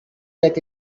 that